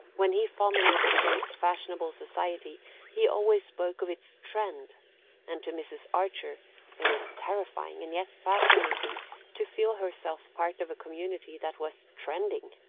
when he fulminated against fashionable society he always spoke of its trend and to mrs. archer it was terrifying and yet fascinating to feel herself part of a community that was trending.